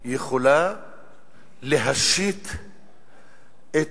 יכולה להשית את